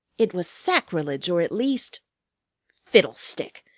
it was sacrilege, or at least fiddlestick!